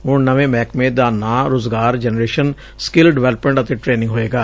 ਹੁਣ ਨਵੇਂ ਮਹਿਕਮੇ ਦਾ ਨਾਂ ਰੁਜ਼ਗਾਰ ਜੇਨਰੇਂਸ਼ਨ ਸਕਿਲ ਡਿਵੈਲਪਮੈਂਟ ਅਤੇ ਟੇਰਿੰਗ ਹੋਏਗਾ